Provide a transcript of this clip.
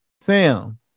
Sam